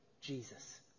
Jesus